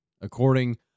According